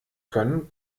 können